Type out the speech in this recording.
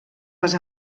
les